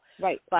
Right